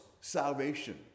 salvation